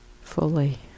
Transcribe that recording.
fully